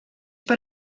per